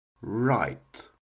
Right